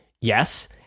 yes